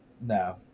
no